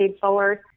forward